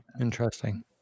interesting